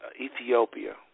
Ethiopia